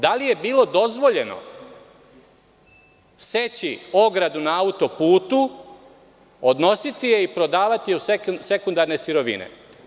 Da li je bilo dozvoljeno seći ogradu na autoputu, odnositi je i prodavati je u sekundarne sirovine?